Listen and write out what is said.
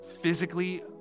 physically